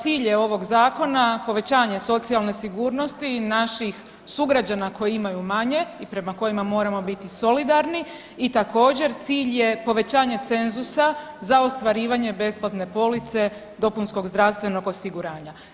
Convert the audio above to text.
Cilj je ovog Zakona povećanje socijalne sigurnosti, naših sugrađana koji imaju manje i prema kojima moramo biti solidarni i također, cilj je povećanje cenzusa za ostvarivanje besplatne police dopunskog zdravstvenog osiguranja.